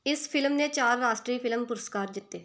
ਇਸ ਫ਼ਿਲਮ ਨੇ ਚਾਰ ਰਾਸ਼ਟਰੀ ਫ਼ਿਲਮ ਪੁਰਸਕਾਰ ਜਿੱਤੇ